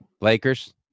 Lakers